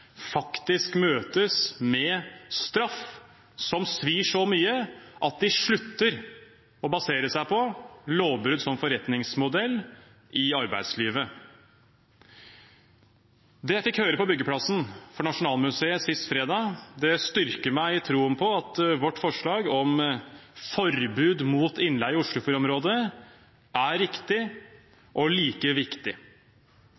faktisk møtes med en straff som svir så mye at de slutter å basere seg på lovbrudd som forretningsmodell i arbeidslivet. Det jeg fikk høre på byggeplassen for det nye nasjonalmuseet sist fredag, styrker meg i troen på at vårt forslag om forbud mot innleie i Oslofjordområdet er